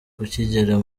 ukigera